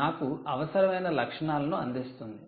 నాకు అవసరమైన లక్షణాలను అందిస్తుంది